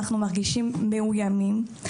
אנחנו מרגישים מאויימים.